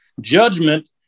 judgment